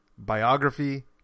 Biography